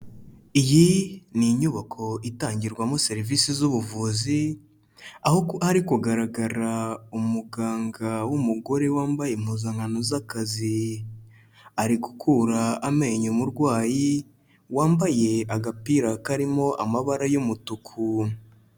Iyi ni inyubako itangirwamo serivisi z'ubuvuzi, aho hari kugaragara umuganga w'umugore wambaye impuzankano z'akazi, ari gukura amenyo umurwayi, wambaye agapira karimo amabara y'umutuku.